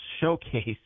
showcase